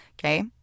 okay